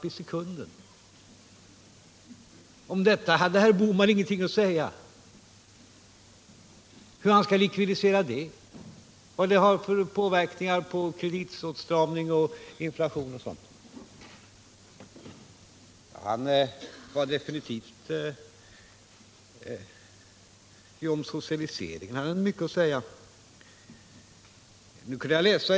i sekunden. Om detta hade herr Bohman ingenting att säga. Hur skall det likvideras? Vad har det för påverkan på kreditåtstramning, inflation, etc.? Om socialisering hade däremot herr Bohman mycket att säga.